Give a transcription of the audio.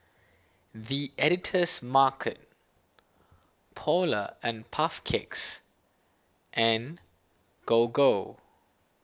the Editor's Market Polar and Puff Cakes and Gogo